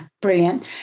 brilliant